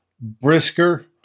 Brisker